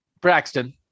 Braxton